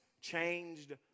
changed